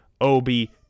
Obi